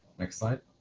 next slide.